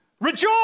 Rejoice